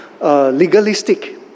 Legalistic